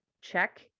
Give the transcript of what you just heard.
check